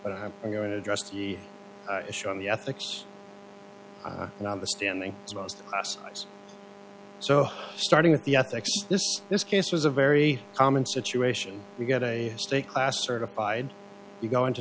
but i'm going to address the issue of the ethics and the standing most so starting at the ethics this this case was a very common situation we got a state class certified you go into